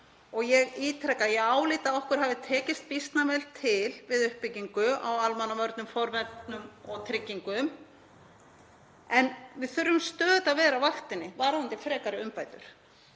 og ítreka að ég álít að okkur hafi tekist býsna vel til við uppbyggingu á almannavörnum, forvörnum og tryggingum en við þurfum stöðugt að vera á vaktinni varðandi frekari umbætur.